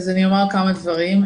כמה דברים.